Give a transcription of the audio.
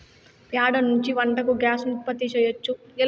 ప్యాడ నుంచి వంటకు గ్యాస్ ను ఉత్పత్తి చేయచ్చు